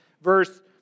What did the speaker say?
verse